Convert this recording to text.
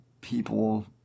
people